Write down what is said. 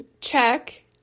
check